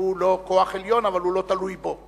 שהוא לא כוח עליון אבל הוא לא תלוי בו.